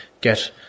get